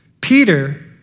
Peter